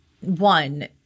one